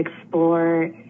explore